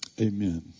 Amen